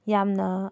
ꯌꯥꯝꯅ